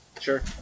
Sure